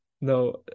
No